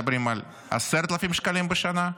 מדברים על 10,000 בשנה,